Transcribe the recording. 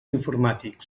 informàtics